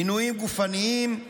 עינויים גופניים,